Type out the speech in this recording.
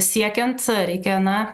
siekiant reikia na